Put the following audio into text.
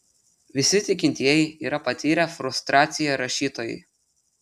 visi tikintieji yra patyrę frustraciją rašytojai